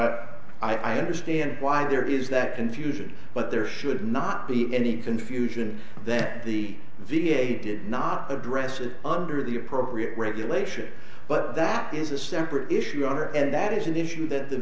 what i i understand why there is that confusion but there should not be any confusion that the v a did not address it under the appropriate regulation but that is a separate issue under and that is an issue that the